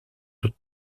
het